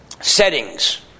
settings